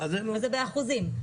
זה באחוזים,